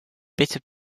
bitter